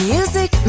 Music